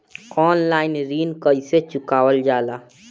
Online ऋण कईसे चुकावल जाला?